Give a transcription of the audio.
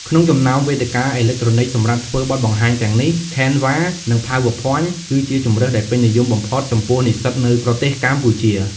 ក្នុងចំណោមវេទិកាអេឡិចត្រូនិកសម្រាប់ធ្វើបទបង្ហាញទាំងនេះ Canva និង Power Point គឺជាជម្រើសដែលពេញនិយមបំផុតចំពោះនិស្សិតនៅប្រទេសកម្ពុជា។